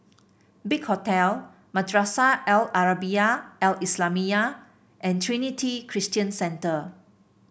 Big Hotel Madrasah Al Arabiah Al Islamiah and Trinity Christian Centre